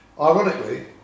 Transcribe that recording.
Ironically